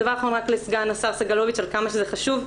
דבר אחרון רק לסגן השר סגלוביץ' על כמה שזה חשוב.